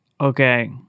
Okay